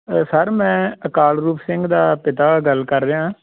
sir ਮੈਂ ਅਕਾਲਰੂਪ ਸਿੰਘ ਦਾ ਪਿਤਾ ਗੱਲ ਕਰ ਰਿਹਾ